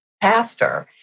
pastor